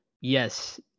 yes